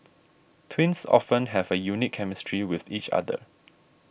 twins often have a unique chemistry with each other